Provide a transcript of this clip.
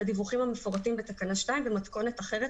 הדיווחים המפורטים בתקנה 2 במתכונת אחרת,